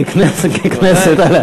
ככנסת.